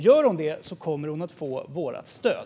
Gör de det kommer de att få vårt stöd.